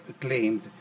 claimed